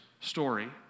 story